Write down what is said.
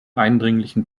eindringlichen